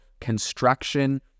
construction